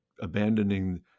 abandoning